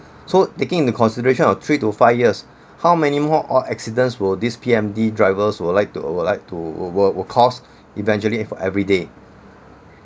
so taking into consideration of three to five years how many more all accidents will this P_M_D drivers would like to would like to wi~ will cost eventually for every day